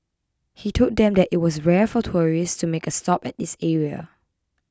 he told them that it was rare for tourists to make a stop at this area